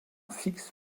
fixe